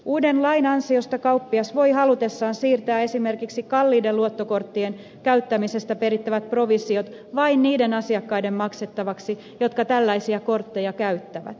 uuden lain ansiosta kauppias voi halutessaan siirtää esimerkiksi kalliiden luottokorttien käyttämisestä perittävät provisiot vain niiden asiakkaiden maksettavaksi jotka tällaisia kortteja käyttävät